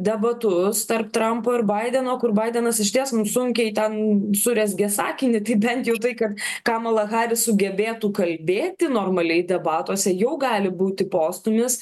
debatus tarp trampo ir baideno kur baidenas išties sunkiai ten surezgė sakinį tai bent jau tai kad kamala haris sugebėtų kalbėti normaliai debatuose jau gali būti postūmis